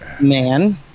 man